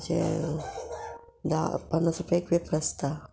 धा पन्नास रुपया एक वेपर आसता